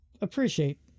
Appreciate